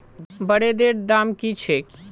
ब्रेदेर दाम की छेक